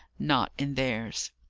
not in theirs.